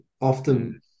often